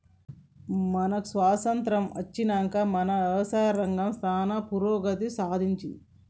మనకు స్వాతంత్య్రం అచ్చినంక మన యవసాయ రంగం సానా పురోగతి సాధించింది